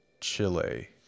chile